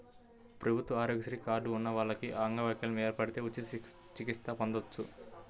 ప్రభుత్వ ఆరోగ్యశ్రీ కార్డు ఉన్న వాళ్లకి అంగవైకల్యం ఏర్పడితే ఉచిత చికిత్స పొందొచ్చు